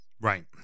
Right